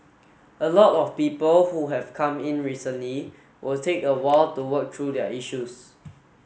a lot of people who have come in recently will take a while to work through their issues